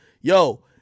yo